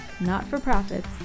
not-for-profits